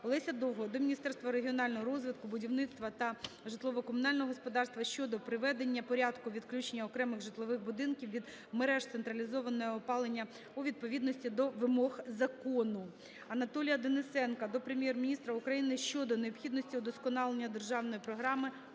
Олеся Довгого до Міністерства регіонального розвитку, будівництва та житлово-комунального господарства щодо приведення Порядку відключення окремих житлових будинків від мереж централізованого опалення у відповідності до вимог Закону. Анатолія Денисенка до Прем'єр-міністра України щодо необхідності удосконалення державної програми